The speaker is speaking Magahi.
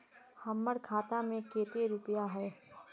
हमर खाता में केते रुपया है?